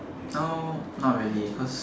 now not really cause